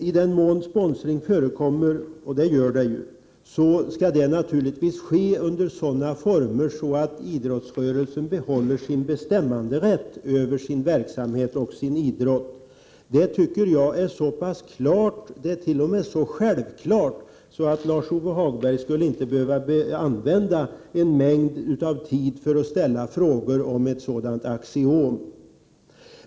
I den mån sponsring förekommer, och vi vet ju att sponsring finns, skall sponsringen ske under sådana former att idrottsrörelsen behåller bestämmanderätten över sin verksamhet. Detta tycker jag är så pass självklart att Lars-Ove Hagberg inte skulle behöva använda en mängd tid för att ställa frågor om detta axiom.